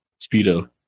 speedo